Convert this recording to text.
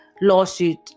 lawsuit